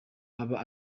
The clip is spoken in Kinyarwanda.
aba